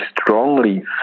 strongly